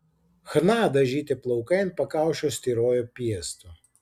chna dažyti plaukai ant pakaušio styrojo piestu